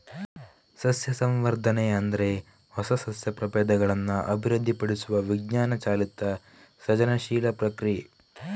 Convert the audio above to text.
ಸಸ್ಯ ಸಂವರ್ಧನೆ ಅಂದ್ರೆ ಹೊಸ ಸಸ್ಯ ಪ್ರಭೇದಗಳನ್ನ ಅಭಿವೃದ್ಧಿಪಡಿಸುವ ವಿಜ್ಞಾನ ಚಾಲಿತ ಸೃಜನಶೀಲ ಪ್ರಕ್ರಿಯೆ